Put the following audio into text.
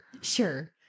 sure